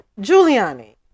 Giuliani